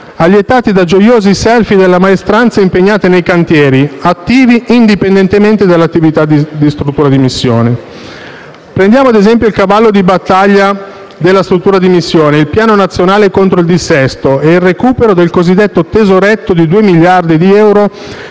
allietati da gioiosi *selfie* delle maestranze impegnate nei cantieri, attivi indipendentemente dall'attività della struttura di missione. Prendiamo ad esempio il cavallo di battaglia della struttura di missione, il Piano nazionale contro il dissesto idrogeologico, e il recupero del cosiddetto tesoretto di 2 miliardi di euro